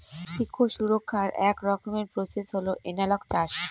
eco সুরক্ষার এক রকমের প্রসেস হল এনালগ চাষ